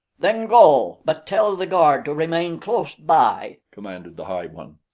then go but tell the guard to remain close by, commanded the high one.